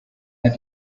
had